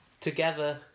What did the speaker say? together